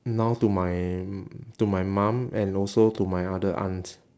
now to my m~ to my mum and also to my other aunts